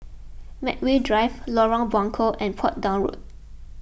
Medway Drive Lorong Buangkok and Portsdown Road